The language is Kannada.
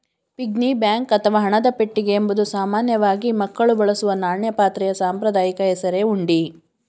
ಪಿಗ್ನಿ ಬ್ಯಾಂಕ್ ಅಥವಾ ಹಣದ ಪೆಟ್ಟಿಗೆ ಎಂಬುದು ಸಾಮಾನ್ಯವಾಗಿ ಮಕ್ಕಳು ಬಳಸುವ ನಾಣ್ಯ ಪಾತ್ರೆಯ ಸಾಂಪ್ರದಾಯಿಕ ಹೆಸರೇ ಹುಂಡಿ